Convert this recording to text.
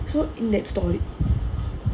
so in that story